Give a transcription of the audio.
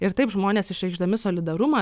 ir taip žmonės išreikšdami solidarumą